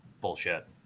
bullshit